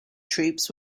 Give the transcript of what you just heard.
troops